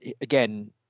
again